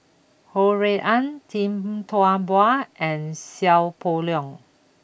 Ho Rui An Tee Tua Ba and Seow Poh Leng